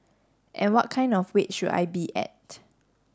and what kind of weight should I be at